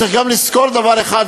צריך גם לזכור דבר אחד,